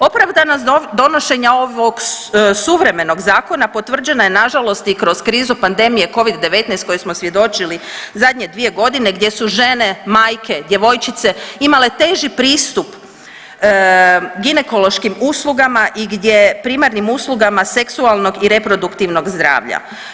Opravdanost donošenja ovog suvremenog zakona potvrđena je nažalost i kroz krizu pandemije covid-19 koje smo svjedočili zadnje dvije godine gdje su žene, majke, djevojčice imate teži pristup ginekološkim uslugama i gdje primarnim uslugama seksualnog i reproduktivnog zdravlja.